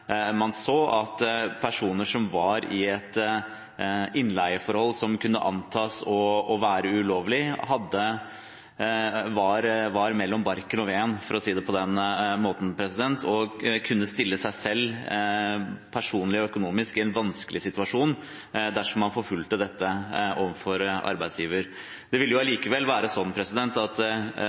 så at personer som var i et innleieforhold som kunne antas å være ulovlig – var mellom barken og veden, for å si det på den måten – kunne stille seg selv personlig og økonomisk i en vanskelig situasjon dersom man forfulgte dette overfor arbeidsgiver. Det ville likevel være sånn at både ansatte og vi som samfunn ville ha interesse av at